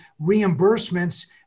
reimbursements